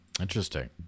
interesting